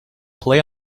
play